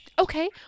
Okay